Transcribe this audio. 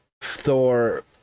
Thor